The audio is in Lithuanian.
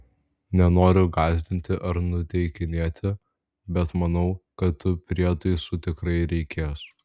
nenoriu gąsdinti ar nuteikinėti bet manau kad tų prietaisų tikrai reikės